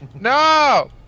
No